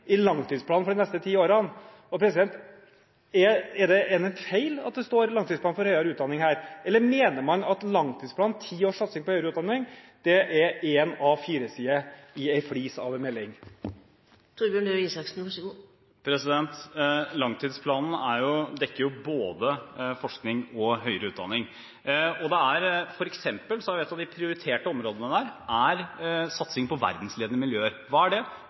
i langtidsplanen for de neste ti årene. Er det en feil at det står langtidsplan for høyere utdanning her, eller mener man at langtidsplanen – 10 års satsing på høyere utdanning – er én A4-side i en flis av en melding? Langtidsplanen dekker både forskning og høyere utdanning, og et av de prioriterte områdene der er f.eks. satsing på verdensledende miljøer. Hva er det?